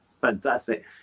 fantastic